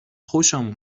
خوشم